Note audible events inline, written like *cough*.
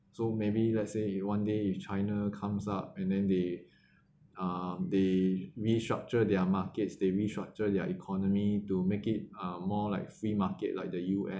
so maybe let's say if one day if china comes up and then they *breath* uh they restructure their markets they restructure their economy to make it uh more like free market like the U_S